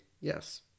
Yes